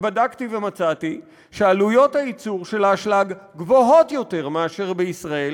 בדקתי ומצאתי שעלויות הייצור של האשלג גבוהות יותר מאשר בישראל,